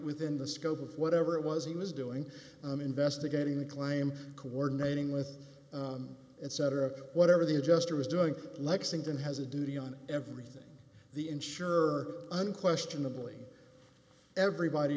within the scope of whatever it was he was doing on investigating the claim coordinating with etc whatever the adjuster was doing lexington has a duty on everything the insure unquestionably everybody